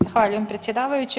Zahvaljujem predsjedavajući.